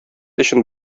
өчен